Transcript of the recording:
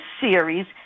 series